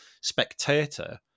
spectator